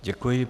Děkuji.